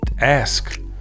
ask